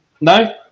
no